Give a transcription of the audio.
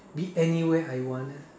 be anywhere I want